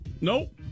Nope